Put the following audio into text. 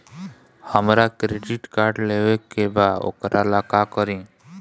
हमरा credit card लेवे के बा वोकरा ला का करी?